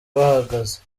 bahagaze